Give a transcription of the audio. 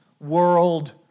world